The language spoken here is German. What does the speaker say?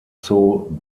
zoo